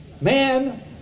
Man